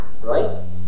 Right